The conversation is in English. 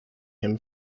him